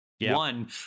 one